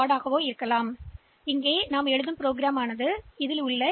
இந்த தனிப்பட்ட எண்கள் கூட ஒற்றைப்படை